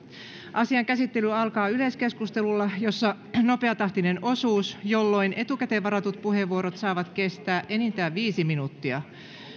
asian käsittely alkaa yleiskeskustelulla jossa on nopeatahtinen osuus jolloin etukäteen varatut puheenvuorot saavat kestää enintään viisi minuuttia